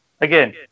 Again